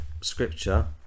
scripture